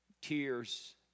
tears